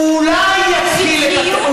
שטחיות.